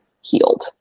healed